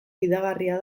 fidagarria